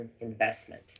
investment